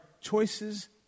choices